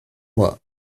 moi